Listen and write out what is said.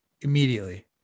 immediately